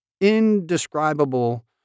indescribable